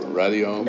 radio